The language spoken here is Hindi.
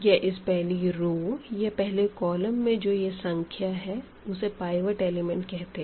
यह इस पहली रो या पहले कॉलम में जो यह संख्या है उसे पाइवट एलिमेंट कहते है